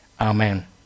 Amen